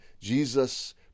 Jesus